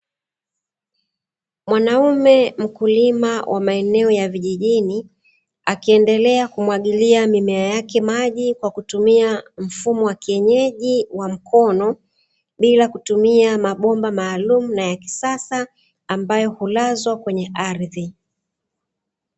Mwanaume mkulima wa maeneo ya vijijini, akiendelea kumwagilia mimea yake maji kwa kutumia mfumo wa kienyeji wa mkono bila kutumia mabomba maalumu na ya kisasa, ambayo hulazwa kwenye ardhi.